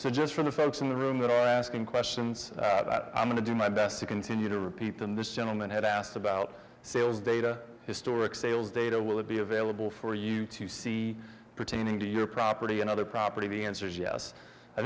so just from the folks in the room that are asking questions that i'm going to do my best to continue to repeat them this gentleman had asked about sales data historic sales data would be available for you to see pertaining to your property and other property answers yes i